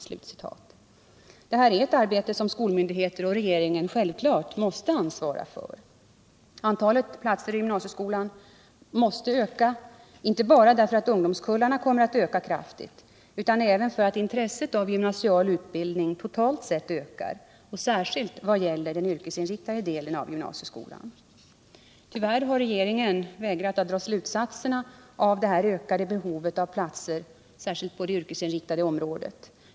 Detta är ett arbete som skolmyndigheter och regering självfallet måste ansvara för. Antalet platser i gymnasieskolan måste öka inte bara därför att ungdomskullarna kommer att öka kraftigt utan även därför att intresset för gymnasial utbildning ökar totalt sett och särskilt vad det gäller den yrkesinriktade delen av gymnasieskolan. Tyvärr har regeringen vägrat att dra slutsatser av det ökade behovet av platser särskilt på det yrkesinriktade området.